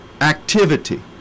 activity